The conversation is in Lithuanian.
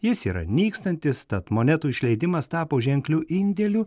jis yra nykstantis tad monetų išleidimas tapo ženkliu indėliu